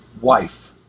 wife